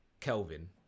Kelvin